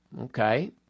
okay